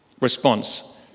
Response